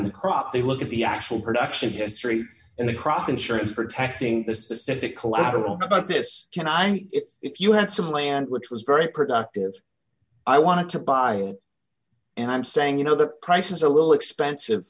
the crop they look at the actual production history in the crop insurance protecting the specific collateral about this can i if you had some land which was very productive i want to buy and i'm saying you know the prices are a little expensive